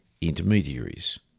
intermediaries